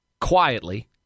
quietly